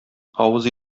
авыз